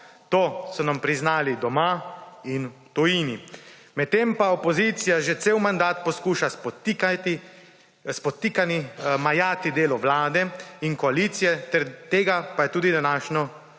To so nam priznali doma in v tujini. Medtem pa opozicija že cel mandat poskuša s podtikanji majati delo vlade in koalicije, del tega pa je tudi današnje